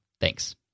Thanks